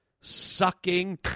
sucking